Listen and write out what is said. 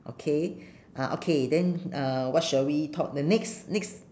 okay ah okay then uh what shall we talk the next next